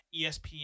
ESPN